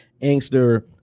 Angster